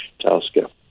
telescope